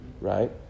right